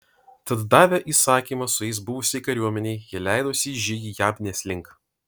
tad davę įsakymą su jais buvusiai kariuomenei jie leidosi į žygį jabnės link